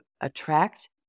attract